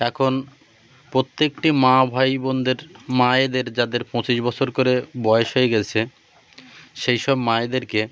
এখন প্রত্যেকটি মা ভাই বোনদের মায়েদের যাদের পঁচিশ বছর করে বয়স হয়ে গেছে সেই সব মায়েদেরকে